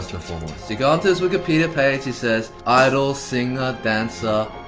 so you go onto his wikipedia page, it says idol, singer, dancer,